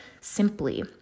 simply